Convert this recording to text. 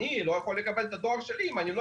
אני לא יכול לקבל את הדואר שלי אם אני לא